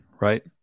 right